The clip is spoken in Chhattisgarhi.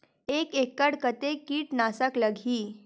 एक एकड़ कतेक किट नाशक लगही?